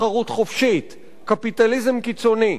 תחרות חופשית,